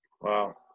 Wow